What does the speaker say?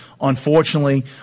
Unfortunately